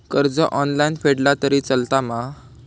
कर्ज ऑनलाइन फेडला तरी चलता मा?